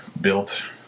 built